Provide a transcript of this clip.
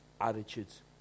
Attitudes